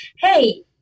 Hey